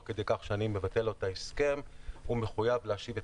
כדי כך שאני מבטל לו את ההסכם הוא מחויב להשיב את